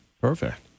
Perfect